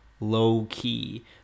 low-key